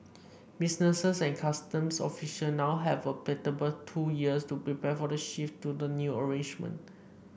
businesses and customs official now have a palatable two years to prepare for the shift to the new arrangement